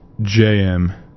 JM